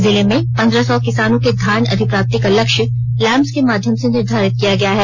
जिले में पंद्रह सौ किसानों का धान अधिप्राप्ति का लक्ष्य लैंपस के माध्यम से निर्धारित किया गया है